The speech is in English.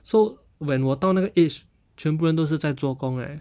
so when 我到那个 age 全部人都是在做工 right